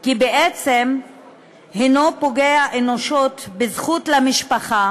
כי הוא בעצם פוגע אנושות בזכות למשפחה